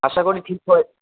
আশা করি ঠিক হয়ে